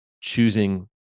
choosing